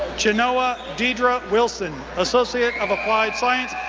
chenoa deidra wilson, associate of applied science,